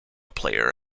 player